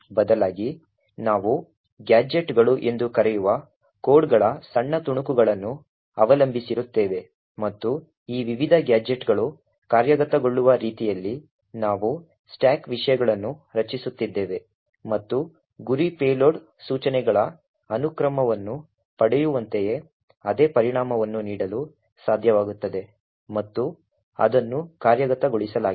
ಬದಲಾಗಿ ನಾವು ಗ್ಯಾಜೆಟ್ಗಳು ಎಂದು ಕರೆಯುವ ಕೋಡ್ಗಳ ಸಣ್ಣ ತುಣುಕುಗಳನ್ನು ಅವಲಂಬಿಸಿರುತ್ತೇವೆ ಮತ್ತು ಈ ವಿವಿಧ ಗ್ಯಾಜೆಟ್ಗಳು ಕಾರ್ಯಗತಗೊಳ್ಳುವ ರೀತಿಯಲ್ಲಿ ನಾವು ಸ್ಟಾಕ್ ವಿಷಯಗಳನ್ನು ರಚಿಸುತ್ತಿದ್ದೇವೆ ಮತ್ತು ಗುರಿ ಪೇಲೋಡ್ ಸೂಚನೆಗಳ ಅನುಕ್ರಮವನ್ನು ಪಡೆಯುವಂತೆಯೇ ಅದೇ ಪರಿಣಾಮವನ್ನು ನೀಡಲು ಸಾಧ್ಯವಾಗುತ್ತದೆ ಮತ್ತು ಅದನ್ನು ಕಾರ್ಯಗತಗೊಳಿಸಲಾಗಿದೆ